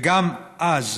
וגם אז,